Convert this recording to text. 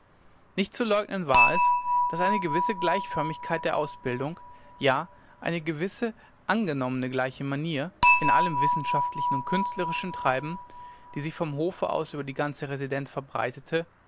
nicht zu leugnen war es daß eine gewisse gleichförmigkeit der ausbildung ja eine gewisse angenommene gleiche manier in allem wissenschaftlichen und künstlerischen treiben die sich vom hofe aus über die ganze residenz verbreitete